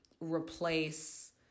replace